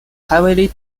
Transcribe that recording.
heavily